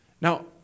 Now